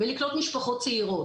ולקלוט משפחות צעירות,